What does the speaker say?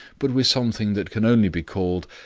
but with something that can only be called,